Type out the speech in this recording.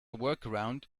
workaround